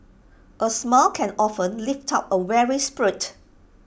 A smile can often lift up A weary spirit